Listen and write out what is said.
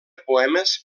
poemes